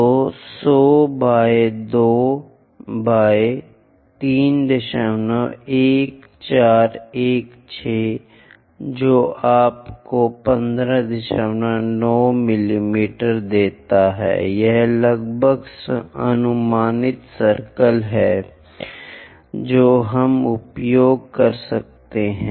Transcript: तो 100 by 2 by 31416 जो आपको 159 मिमी देता है यह लगभग अनुमानित सर्कल है जो हम उपयोग कर सकते हैं